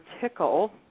Tickle